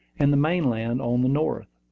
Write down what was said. and the main land on the north.